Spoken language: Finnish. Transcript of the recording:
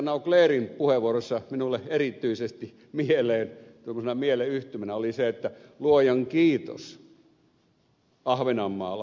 nauclerin puheenvuorosta minulle erityisesti mieleen tuommoisena mielleyhtymänä oli että luojan kiitos ahvenanmaalla puhutaan ruotsin kieltä